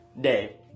day